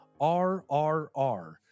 RRR